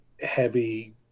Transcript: heavy